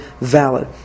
valid